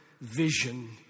vision